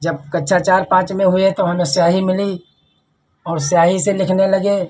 जब कक्षा चार पाँच में हुए तो हमें स्याही मिली और स्याही से लिखने लगे